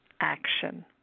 action